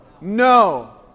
No